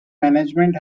management